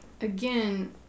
again